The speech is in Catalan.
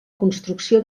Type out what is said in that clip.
construcció